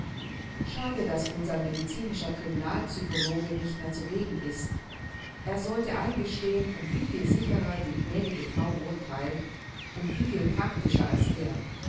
schade daß unser medicinischer criminal psychologe nicht mehr zugegen ist er sollte eingestehen um wie viel sicherer die gnädige frau urtheilt um wie viel praktischer als er